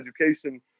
education